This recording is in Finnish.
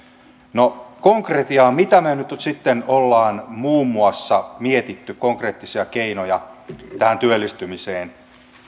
no konkretiaa mitä me nyt nyt sitten olemme muun muassa miettineet konkreettisia keinoja tähän työllistymiseen